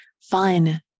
fun